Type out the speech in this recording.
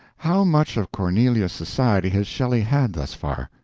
how much of cornelia's society has shelley had, thus far?